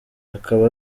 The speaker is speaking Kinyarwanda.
akaba